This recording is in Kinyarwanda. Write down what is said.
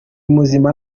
muzima